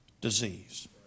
disease